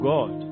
God